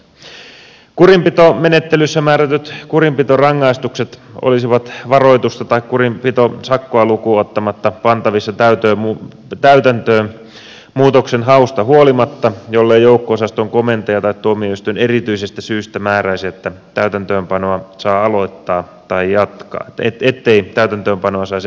kurinpitomenettelyssä määrätyt kurinpitorangaistukset olisivat varoitusta tai kurinpitosakkoa lukuun ottamatta pantavissa täytäntöön muutoksenhausta huolimatta jollei joukko osaston komentaja tai tuomioistuin erityisestä syystä määräisi ettei täytäntöönpanoa saisi aloittaa tai jatkaa